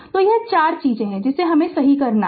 तो ये 4 चीजें हैं जिन्हें सही करना है